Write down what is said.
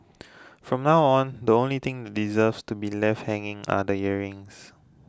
from now on the only thing deserves to be left hanging are the earrings